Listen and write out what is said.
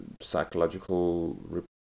psychological